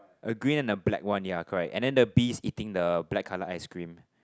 a green and a black one ya correct and then the bees eating the black colour ice cream